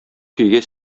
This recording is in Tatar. көйгә